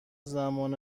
زمان